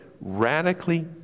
radically